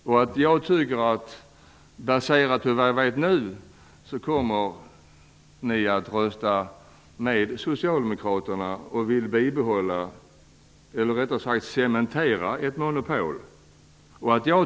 Baserat på vad jag nu vet tror jag att ni kommer att rösta med socialdemokraterna. I och med det vill ni cementera ett monopol.